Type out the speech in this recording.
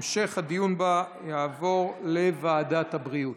והמשך הדיון בה יעבור לוועדת הבריאות.